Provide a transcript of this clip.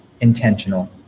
intentional